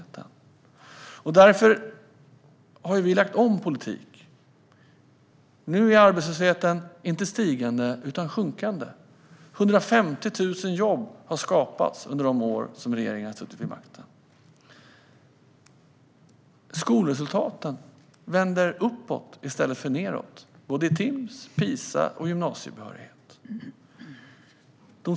Därför har vi lagt om politiken. Nu är arbetslösheten inte stigande utan sjunkande. 150 000 jobb har skapats under de år som regeringen har suttit vid makten. Skolresultaten vänder uppåt i stället för nedåt i både Timss och PISA, och andelen med gymnasiebehörighet ökar.